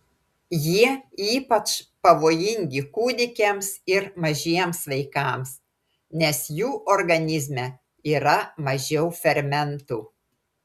jie ypač pavojingi kūdikiams ir mažiems vaikams nes jų organizme yra mažiau fermentų